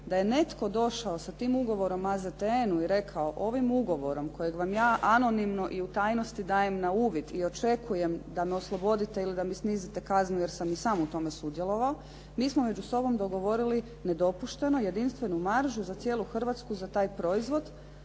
da je netko došao sa tim ugovorom AZTN-u i rekao ovim ugovorom kojeg vam ja anonimno i u tajnosti dajem na uvid i očekujem da me oslobodite ili da mi snizite kaznu jer sam i sam u tome sudjelovao, mi smo među sobom dogovorili nedopušteno jedinstvenu maržu za cijelu Hrvatsku za taj proizvod.